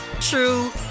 true